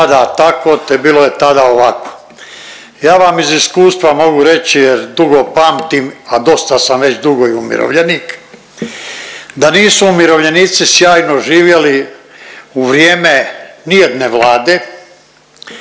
vrijeme ni jedne Vlade